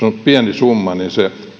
summa niin se